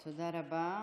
תודה רבה.